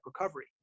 recovery